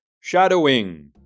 Shadowing